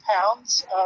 pounds